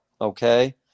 Okay